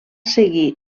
seguir